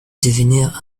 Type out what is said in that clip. devenir